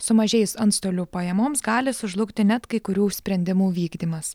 sumažėjus antstolių pajamoms gali sužlugti net kai kurių sprendimų vykdymas